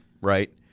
right